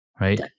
right